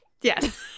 Yes